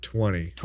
Twenty